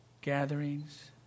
gatherings